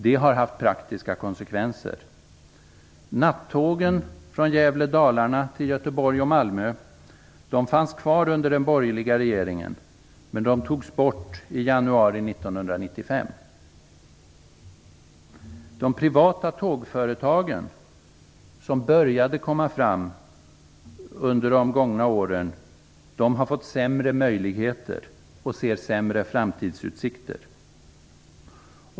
Det har haft praktiska konsekvenser. Nattågen från Gävle/Dalarna till Göteborg och Malmö fanns kvar under den borgerliga regeringen. Men de togs bort i januari 1995. De privata tågföretagen som börjat dyka upp under de gångna åren har fått sämre möjligheter och ser sämre framtidsutsikter.